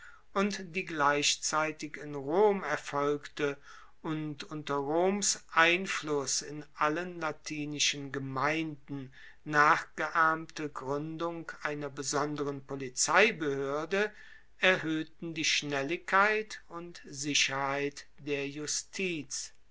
und die gleichzeitig in rom erfolgte und unter roms einfluss in allen latinischen gemeinden nachgeahmte gruendung einer besonderen polizeibehoerde erhoehten die schnelligkeit und sicherheit der justiz